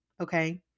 Okay